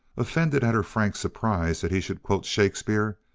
offended at her frank surprise that he should quote shakespeare,